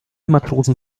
matrosen